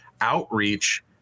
outreach